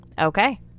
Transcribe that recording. Okay